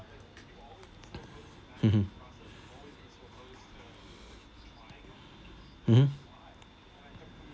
mmhmm mmhmm